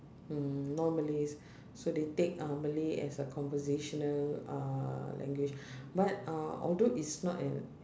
mm non-malays so they take uh malay as a conversational uh language but uh although it's not an